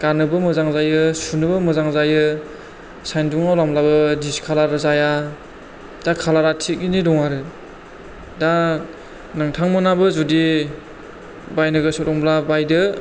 गाननोबो मोजां जायो सुनोबो मोजां जायो सानदुंआव लामब्लाबो डिसकालारबो जाया दा कालारा थिगैनो दं आरो दा नोंथांमोनाबो जुदि बायनो गोसो दंब्ला बायदो